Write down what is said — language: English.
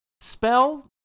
Spell